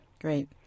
great